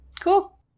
Cool